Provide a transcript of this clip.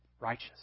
righteous